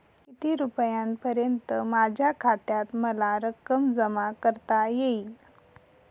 किती रुपयांपर्यंत माझ्या खात्यात मला रक्कम जमा करता येईल?